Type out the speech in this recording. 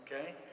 okay